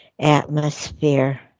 Atmosphere